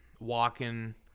walking